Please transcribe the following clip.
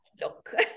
look